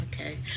Okay